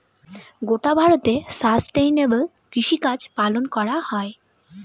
গোটা ভারতে সাস্টেইনেবল কৃষিকাজ পালন করা হয়